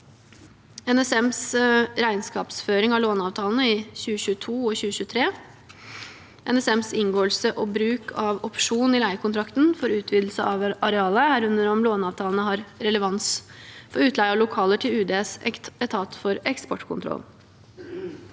NSMs regnskapsføring av låneavtalene i 2022 og 2023 – NSMs inngåelse og bruk av opsjon i leiekontrakten for utvidelse av arealet, herunder om låneavtalene har relevans for utleie av lokaler til Utenriksdepartementets etat for eksportkontroll